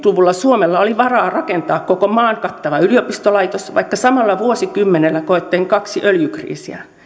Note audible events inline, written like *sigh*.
*unintelligible* luvulla suomella oli varaa rakentaa koko maan kattava yliopistolaitos vaikka samalla vuosikymmenellä koettiin kaksi öljykriisiä